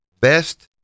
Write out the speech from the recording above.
best